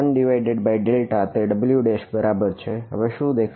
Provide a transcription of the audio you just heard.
1Δ તે w છે બરાબર હવે શું દેખાશે